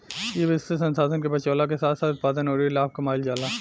इ विधि से संसाधन के बचावला के साथ साथ उत्पादन अउरी लाभ कमाईल जाला